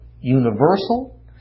universal